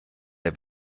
der